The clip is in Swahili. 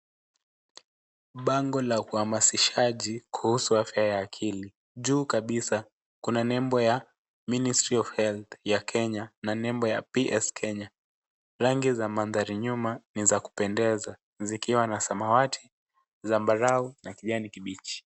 Bango la uhamasishaji kuhusu afya ya akili. Juu kabisa kuna nembo ya Ministry of Health ya Kenya na nembo ya PSKenya. Rangi za mandhari nyuma ni za kupendeza zikiwa na samawati, zambarau na kijani kibichi.